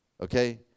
okay